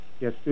Yes